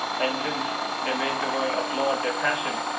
and since they make the world applaud their passion,